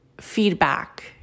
feedback